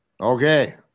Okay